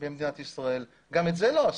במדינת ישראל אבל גם את זה לא עשו.